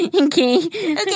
Okay